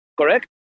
correct